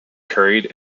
curried